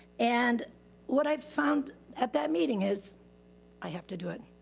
and what i've found at that meeting is i have to do it.